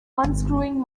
unscrewing